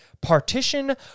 partition